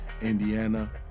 Indiana